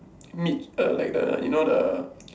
meat err like the you know the